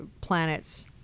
planet's